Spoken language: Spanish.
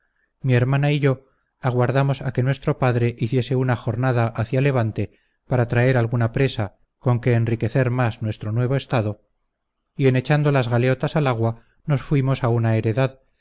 mi hermana y yo aguardamos a que nuestro padre hiciese una jornada hacia levante para traer alguna presa con que enriquecer más nuestro nuevo estado y en echando las galeotas al agua nos fuimos a una heredad